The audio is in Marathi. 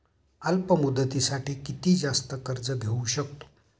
अल्प मुदतीसाठी किती जास्त कर्ज घेऊ शकतो?